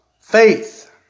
faith